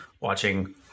watching